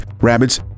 rabbits